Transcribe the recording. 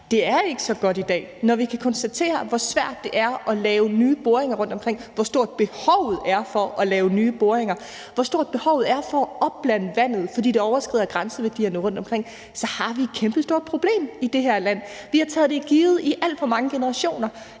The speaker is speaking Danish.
Det er ikke så godt i dag. Når vi kan konstatere, hvor svært det er at lave nye boringer rundtomkring, hvor stort behovet er for at lave nye boringer, og hvor stort behovet er for at opblande vandet, fordi det overskrider grænseværdierne rundtomkring, så har vi et kæmpestort problem i det her land. Vi har taget det for givet i alt for mange generationer,